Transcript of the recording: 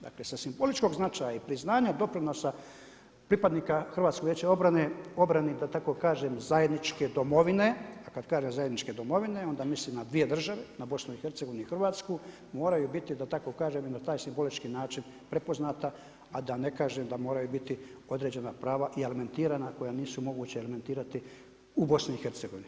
Dakle sa simboličkog značaja i priznanja doprinosa pripadnika HVO-a, obrani da tako kažem zajedničke domovine a kada kažem zajedničke domovine onda mislim na dvije države na BiH i Hrvatsku moraju biti da tako kažem i na taj simbolički način prepoznata a da ne kažem da moraju biti određena prava i … koja nisu moguće … u BiH.